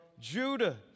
Judah